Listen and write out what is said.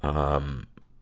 um,